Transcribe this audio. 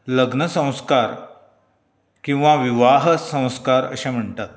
लग्न संस्कार किंवां विवाह संस्कार अशें म्हणटात